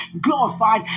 glorified